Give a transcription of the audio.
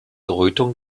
deutung